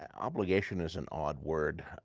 and obligation is an odd word.